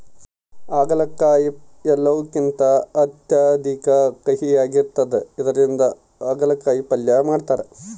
ಆಗಲಕಾಯಿ ಎಲ್ಲವುಕಿಂತ ಅತ್ಯಧಿಕ ಕಹಿಯಾಗಿರ್ತದ ಇದರಿಂದ ಅಗಲಕಾಯಿ ಪಲ್ಯ ಮಾಡತಾರ